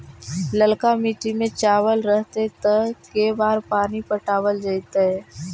ललका मिट्टी में चावल रहतै त के बार पानी पटावल जेतै?